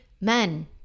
men